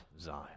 Zion